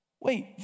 Wait